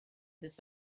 this